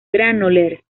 granollers